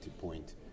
point